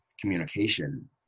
communication